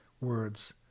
words